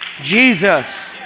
Jesus